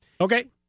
Okay